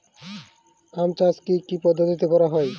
আম চাষ কি কি পদ্ধতিতে করা হয়?